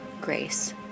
grace